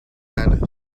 and